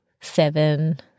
seven